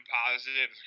positive